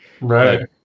Right